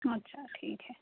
اچھا ٹھیک ہے